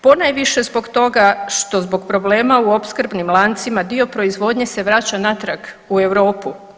Ponajviše zbog toga što zbog problema u opskrbnim lancima dio proizvodnje se vraća natrag u Europu.